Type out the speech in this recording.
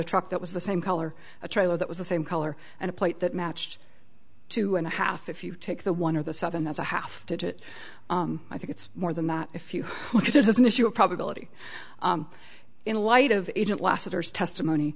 a truck that was the same color a trailer that was the same color and a plate that matched two and a half if you take the one or the seven that's a half digit i think it's more than that if you look at it as an issue of probability in light of agent lasseter's testimony